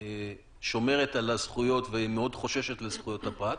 שומרת על הזכויות ומאוד חוששת לזכויות הפרט,